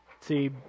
see